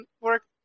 work